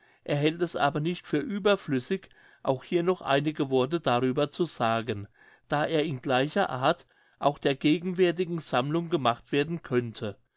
er hält es aber nicht für überflüssig auch hier noch einige worte darüber zu sagen da er in gleicher art auch der gegenwärtigen sammlung gemacht werden könnte